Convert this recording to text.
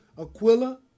Aquila